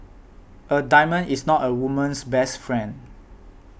a diamond is not a woman's best friend